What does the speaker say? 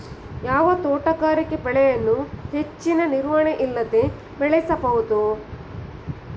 ಯಾವ ತೋಟಗಾರಿಕೆ ಬೆಳೆಯನ್ನು ಹೆಚ್ಚಿನ ನಿರ್ವಹಣೆ ಇಲ್ಲದೆ ಬೆಳೆಯಬಹುದು?